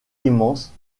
immense